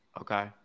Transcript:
Okay